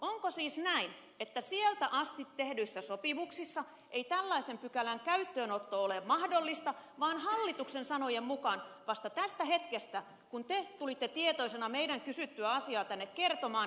onko siis näin että sieltä asti tehdyissä sopimuksissa ei tällaisen pykälän käyttöönotto ole mahdollista vaan hallituksen sanojen mukaan vasta tästä hetkestä näitä voidaan hyödyntää kun te tulitte tietoisena meidän kysyttyämme asiaa tänne kertomaan